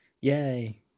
Yay